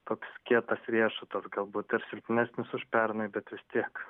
toks kietas riešutas galbūt ir silpnesnis už pernai bet vis tiek